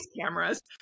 cameras